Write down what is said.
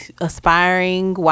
aspiring